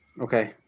Okay